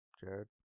Jared